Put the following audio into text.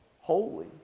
holy